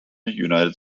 united